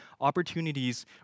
opportunities